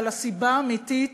אבל הסיבה האמיתית